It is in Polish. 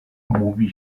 mówi